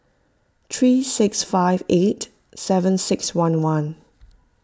three six five eight seven six one one